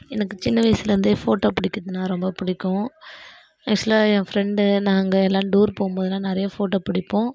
எனக்கு சின்ன வயசுலேருந்தே ஃபோட்டோ பிடிக்கிறதுனா ரொம்ப பிடிக்கும் என் பிரண்டு நாங்கள் எல்லாரும் டூர் போகும்போதுலாம் நிறையா ஃபோட்டோ பிடிப்போம்